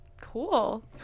cool